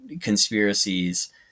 conspiracies